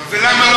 ולמה לא